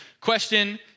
Question